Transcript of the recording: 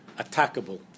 attackable